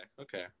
okay